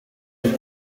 bihe